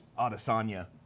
Adesanya